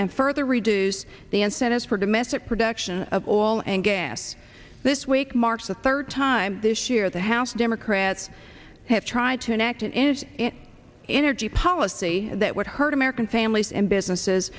and further reduce the incentives for domestic production of oil and gas this week marks the third time this year the house democrats have tried to enact an energy policy that would hurt american families and businesses